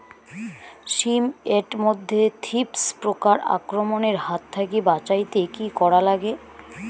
শিম এট মধ্যে থ্রিপ্স পোকার আক্রমণের হাত থাকি বাঁচাইতে কি করা লাগে?